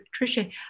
Tricia